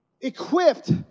equipped